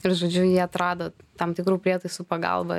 ir žodžiu jį atrado tam tikrų prietaisų pagalba